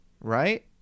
Right